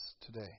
today